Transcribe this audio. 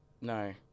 No